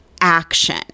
action